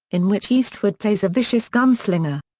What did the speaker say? in which eastwood plays a vicious gunslinger.